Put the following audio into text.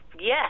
yes